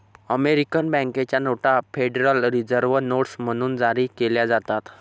American बँकेच्या नोटा federal reserve notes म्हणून जारी केल्या जातात